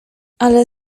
ale